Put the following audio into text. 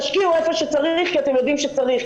תשקיעו איפה שצריך כי אתם יודעים שצריך,